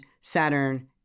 Saturn